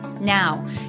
Now